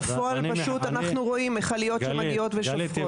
בפועל אנחנו פשוט רואים מכליות מגיעות ושופכות.